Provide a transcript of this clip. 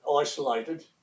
isolated